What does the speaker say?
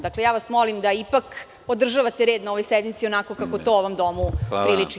Dakle, ja vas molim da ipak održavate red na ovoj sednici onako kako to ovom domu priliči.